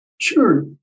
Sure